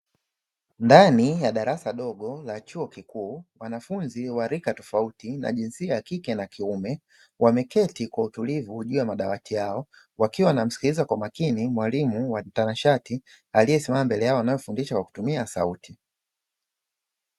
Ndani ya darasa dogo la chuo kikuu wanafunzi wa rika tofauti na jinsia ya kike na kiume; wameketi kwa utulivu juu ya madawati yao, wakiwa wanamsikiliza kwa makini mwalimu wa tanashati aliyesimama mbele yao kwa kutumia sauti.